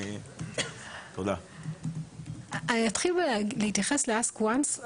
אני אתחיל להתייחס ב-ask once.